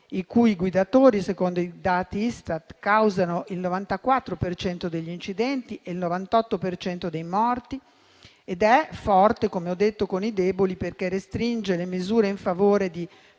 i cui guidatori, secondo i dati Istat, causano il 94 per cento degli incidenti e il 98 per cento dei morti; ed è forte, come ho detto, con i deboli perché restringe le misure in favore di